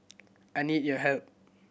I need your help